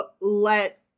let